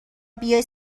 بیای